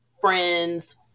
friends